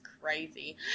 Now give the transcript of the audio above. crazy